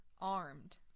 armed